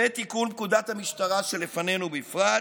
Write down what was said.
ותיקון פקודת המשטרה שלפנינו בפרט,